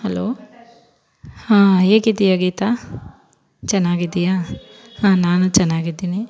hello ಹಾಂ ಹೇಗಿದ್ದೀಯಾ ಗೀತಾ ಚೆನ್ನಾಗಿದ್ದೀಯಾ ಹಾಂ ನಾನು ಚೆನ್ನಾಗಿದ್ದೀನಿ